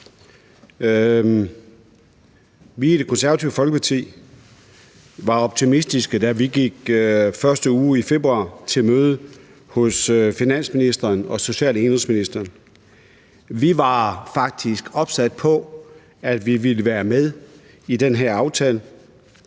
Vi i Det Konservative Folkeparti var optimistiske, da vi den første uge i februar gik til møde hos finansministeren og social- og indenrigsministeren om den kommunale udligning. Vi var faktisk opsat på, at vi ville være med i den her aftale,